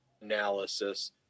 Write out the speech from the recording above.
analysis